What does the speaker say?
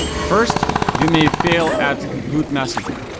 first, you may fail at good messaging,